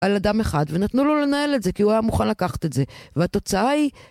על אדם אחד, ונתנו לו לנהל את זה, כי הוא היה מוכן לקחת את זה. והתוצאה היא...